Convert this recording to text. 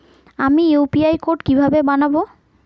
আমি UPI code কিভাবে বানাব?